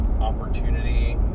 opportunity